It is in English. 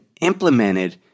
implemented